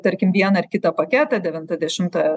tarkim vieną ar kitą paketą devintą dešimtą